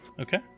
Okay